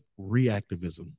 reactivism